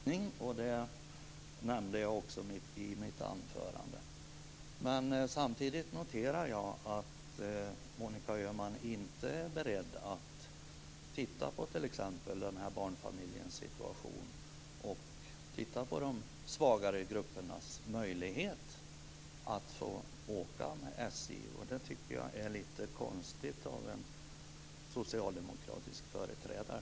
Herr talman! Det är ett steg i rätt riktning, och det nämnde jag också i mitt anförande. Men samtidigt noterar jag att Monica Öhman inte är beredd att titta på t.ex. den här barnfamiljens situation och titta på de svagare gruppernas möjligheter att åka med SJ. Jag tycker att det är lite konstigt av en socialdemokratisk företrädare.